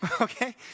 Okay